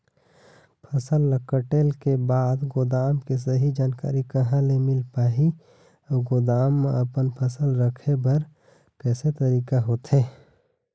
फसल ला कटेल के बाद गोदाम के सही जानकारी कहा ले मील पाही अउ गोदाम मा अपन फसल रखे बर कैसे तरीका होथे?